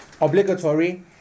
Obligatory